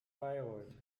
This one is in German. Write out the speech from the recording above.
bayreuth